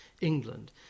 England